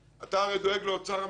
אתה הרי דואג לאוצר המדינה.